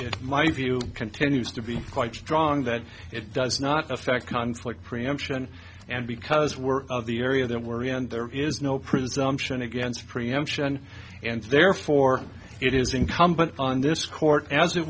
in my view continues to be quite strong that it does not affect conflict preemption and because we're of the area then worry and there is no presumption against preemption and therefore it is incumbent on this court as it